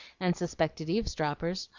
and suspected eavesdroppers,